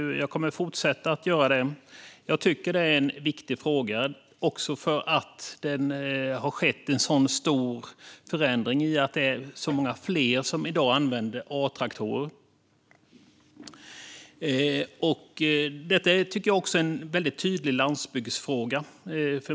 Jag kommer att fortsätta att göra det. Jag tycker att det är en viktig fråga, också för att det har skett en så stor förändring i och med att det är så många fler som i dag använder A-traktorer. Detta är också en mycket tydlig landsbygdsfråga.